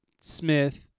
Smith